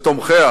ותומכיה